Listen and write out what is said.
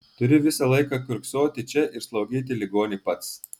turi visą laiką kiurksoti čia ir slaugyti ligonį pats